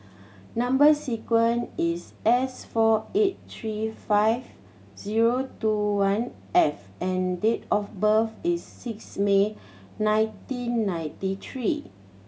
number sequence is S four eight three five zero two one F and date of birth is six May nineteen ninety three